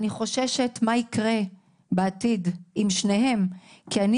אני חוששת מה יקרה בעתיד עם שניהם כי אני